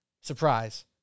surprise